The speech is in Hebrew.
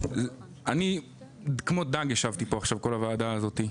באמת, אני כמו דג ישבתי פה כל הוועדה הזאת.